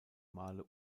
male